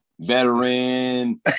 veteran